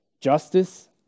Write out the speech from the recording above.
Justice